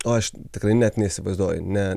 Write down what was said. o aš tikrai net neįsivaizduoju ne